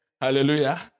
Hallelujah